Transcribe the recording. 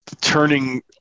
turning